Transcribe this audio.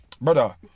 Brother